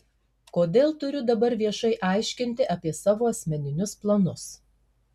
kodėl turiu dabar viešai aiškinti apie savo asmeninius planus